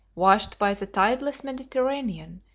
washed by the tideless mediterranean,